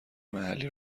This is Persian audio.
محلی